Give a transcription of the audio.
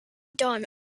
done